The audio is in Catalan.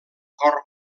cor